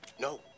No